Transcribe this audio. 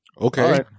Okay